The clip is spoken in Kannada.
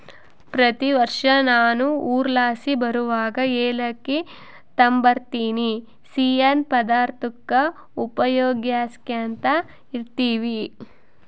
ಪ್ರತಿ ವರ್ಷ ನಾವು ಊರ್ಲಾಸಿ ಬರುವಗ ಏಲಕ್ಕಿ ತಾಂಬರ್ತಿವಿ, ಸಿಯ್ಯನ್ ಪದಾರ್ತುಕ್ಕ ಉಪಯೋಗ್ಸ್ಯಂತ ಇರ್ತೀವಿ